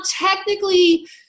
technically